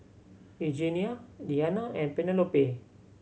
Eugenia Deanna and Penelope